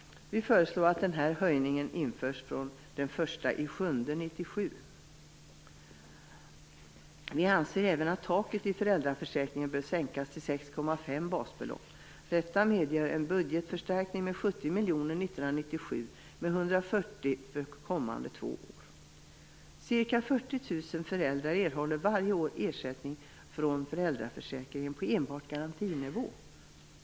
Vi föreslår att den höjningen införs från den 1 juli 1997. Vi anser även att taket i föräldraförsäkringen bör sänkas till 6,5 basbelopp. Detta medger en budgetförstärkning med 70 miljoner 1997 och med 140 miljoner för de kommande två åren. Ca 40 000 föräldrar erhåller varje år ersättning från föräldraförsäkringen på enbart garantinivå.